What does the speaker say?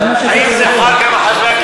זה על בסיס